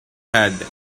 had